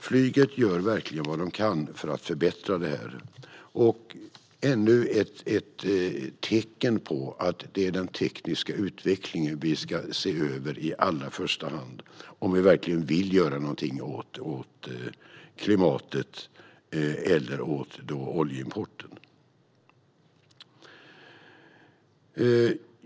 Flyget gör verkligen vad de kan för att förbättra det här - ännu ett tecken på att det är den tekniska utvecklingen vi ska se över i allra första hand om vi verkligen vill göra något åt klimatet eller oljeimporten.